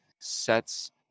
sets